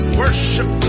worship